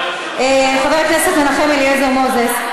חבר הכנסת מנחם אליעזר מוזס,